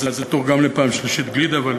אז זה תורגם ל"פעם שלישית גלידה", אבל,